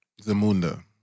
Zamunda